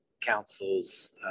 councils